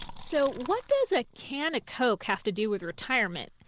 so what does a can of coke have to do with retirement?